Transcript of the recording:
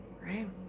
right